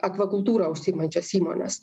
akvakultūra užsiimančias įmones